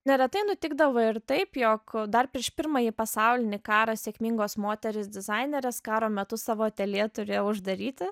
neretai nutikdavo ir taip jog dar prieš pirmąjį pasaulinį karą sėkmingos moterys dizainerės karo metu savo ateljė turėjo uždaryti